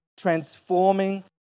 transforming